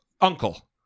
Uncle